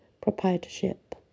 proprietorship